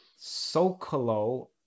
Sokolo